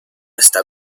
esta